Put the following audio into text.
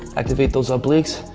activate those obliques.